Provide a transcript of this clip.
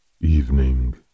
Evening